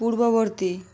পূর্ববর্তী